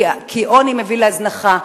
כי עוני מביא להזנחה,